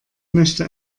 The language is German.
möchte